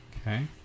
Okay